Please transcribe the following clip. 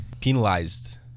penalized